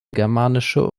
germanische